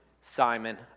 Simon